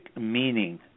meaning